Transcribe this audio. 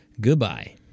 goodbye